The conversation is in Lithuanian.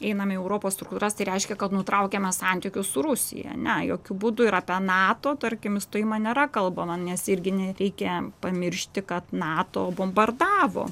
einam į europos struktūras tai reiškia kad nutraukiame santykius su rusija ne jokiu būdu ir apie nato tarkim įstojimą nėra kalbama nes irgi nereikia pamiršti kad nato bombardavo